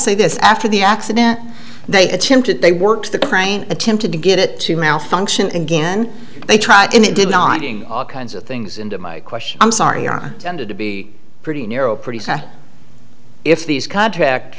say this after the accident they attempted they worked the crane attempted to get it to malfunction and again they tried and it did not doing all kinds of things into my question i'm sorry on tended to be pretty narrow pretty sad if these contract